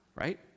right